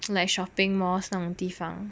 like shopping malls 那种地方